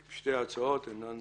שתי ההצעות אינן